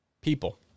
People